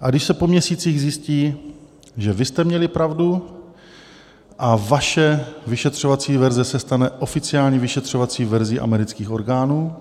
A když se po měsících zjistí, že jste měli pravdu a vaše vyšetřovací verze se stane oficiální vyšetřovací verzí amerických orgánů,